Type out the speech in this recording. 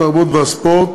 התרבות והספורט